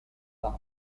town